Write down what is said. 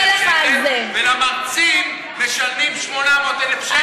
ולמרצים משלמים 800,000 שקל,